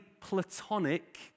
platonic